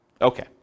Okay